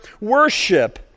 worship